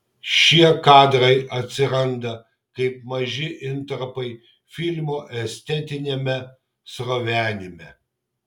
šie kadrai atsiranda kaip maži intarpai filmo estetiniame srovenime